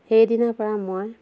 সেইদিনাৰ পৰা মই